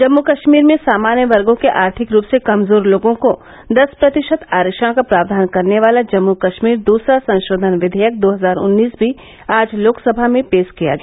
जम्मू कश्मीर में सामान्य वर्गों के आर्थिक रूप से कमजोर लोगों को दस प्रतिशत आरक्षण का प्रावधान करने वाला जम्मू कश्मीर दूसरा संशोधन विघेयक दो हजार उन्नीस भी आज लोकसभा में पेश किया गया